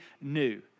new